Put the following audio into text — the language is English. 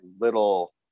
little